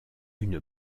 une